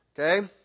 Okay